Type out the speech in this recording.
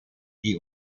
die